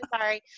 sorry